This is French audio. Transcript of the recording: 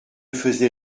faisait